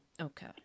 Okay